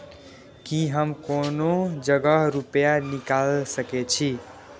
की हम कोनो जगह रूपया निकाल सके छी?